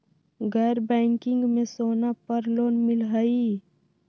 गैर बैंकिंग में सोना पर लोन मिलहई?